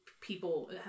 people